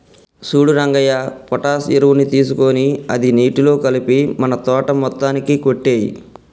సూడు రంగయ్య పొటాష్ ఎరువుని తీసుకొని అది నీటిలో కలిపి మన తోట మొత్తానికి కొట్టేయి